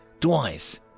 twice